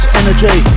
energy